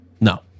No